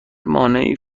مانعی